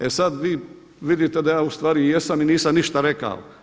E sada vi vidite da ja ustvari jesam i nisam ništa rekao.